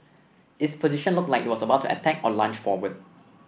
its position looked like it was about to attack or lunge forward